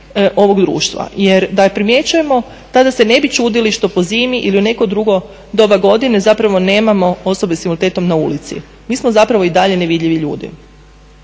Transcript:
ovog društva. Jer da primjećujemo, tada se ne bi čudili što po zimi ili u neko drugo doba godine zapravo nemamo osobe s invaliditetom na ulici. Mi smo zapravo i dalje nevidljivi ljudi.